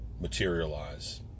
materialize